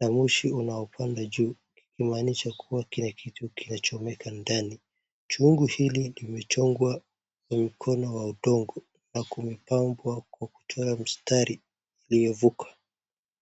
na moshi unaopanda juu kumaanisha kuna kitu kinachmeka ndani, chungu hili limechongwa kwa mkono wa undogo na kumepambwa kwa kuchora mistari iliyovuka.